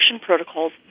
protocols